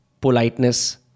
politeness